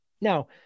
Now